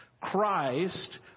Christ